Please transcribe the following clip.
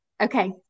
Okay